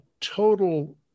total